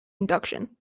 induction